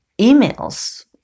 emails